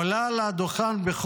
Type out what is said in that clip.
עולה לדוכן,